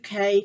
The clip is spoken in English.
uk